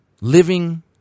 Living